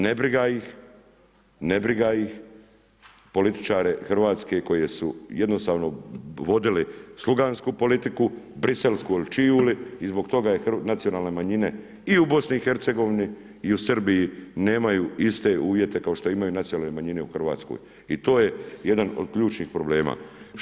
Ne briga ih, ne briga ih, političare hrvatske koje su jednostavno vodili slugansku politiku, briselsku il čiju li i zbog toga je nacionalne manjine i u BiH i u Srbiji nemaju iste uvjete kao što imaju nacionalne manjine u Hrvatskoj i to je jedan od ključnih problema.